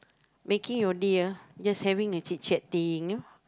making your day ah just having a chit chat thing you know